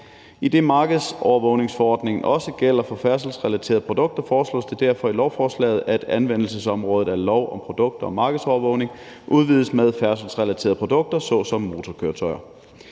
Idet markedsovervågningsforordningen også gælder for færdselsrelaterede produkter, foreslås det derfor i lovforslaget, at anvendelsesområdet for lov om produkter og markedsovervågning udvides til færdselsrelaterede produkter såsom motorkøretøjer.